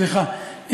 סליחה.